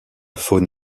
faune